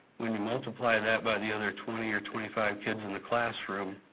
when you multiply that by the other twenty or twenty five kids in the classroom,